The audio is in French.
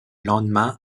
lendemain